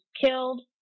killed